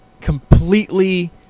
completely